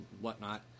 whatnot